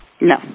No